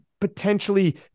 potentially